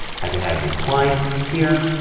i can add new clients here.